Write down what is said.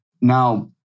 Now